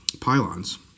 pylons